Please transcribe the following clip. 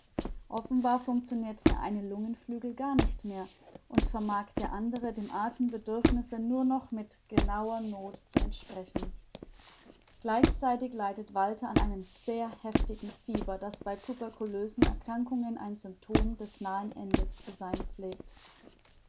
offenbar functionirt der eine lungenflügel gar nicht mehr und vermag der andere dem athembedürfnisse nur noch mit genauer noth zu entsprechen gleichzeitig leidet walter an einem sehr heftigen fieber das bei tuberculösen erkrankungen ein symptom des nahen endes zu sein pflegt